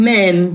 Men